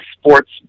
sports